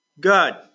Good